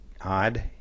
odd